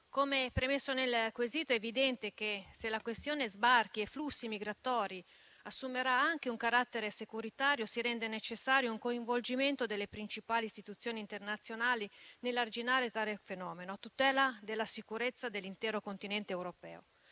Come premesso nel quesito, è evidente che, se la questione sbarchi e flussi migratori assumerà anche un carattere securitario, si rende necessario un coinvolgimento delle principali istituzioni internazionali nell'arginare tale fenomeno, a tutela della sicurezza dell'intero continente europeo.